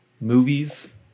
movies